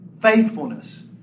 Faithfulness